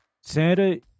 Santa